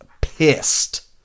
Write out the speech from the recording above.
pissed